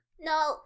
No